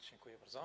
Dziękuję bardzo.